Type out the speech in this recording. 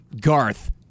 Garth